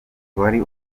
wari